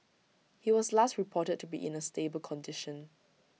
he was last reported to be in A stable condition